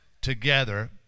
together